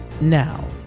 now